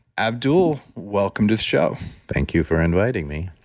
abdul, welcome to the show thank you for inviting me